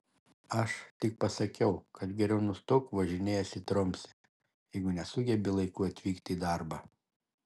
aš tik pasakiau kad geriau nustok važinėjęs į tromsę jeigu nesugebi laiku atvykti į darbą